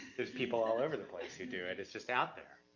there's people all over the place who do it. it's just out there,